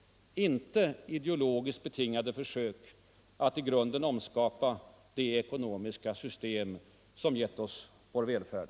Inte ideologiskt betingade försök att i grunden omskapa det ekonomiska system som har givit oss vår välfärd.